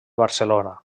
barcelona